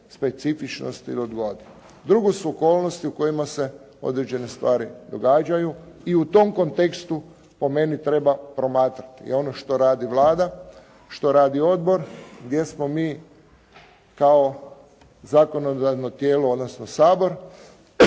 se ne razumije./ … Drugo su okolnosti u kojima se određene stvari događaju. I u tom kontekstu, po meni, treba promatrati ono što radi Vlada, što radi Odbor, gdje smo mi kao zakonodavno tijelo odnosno Sabor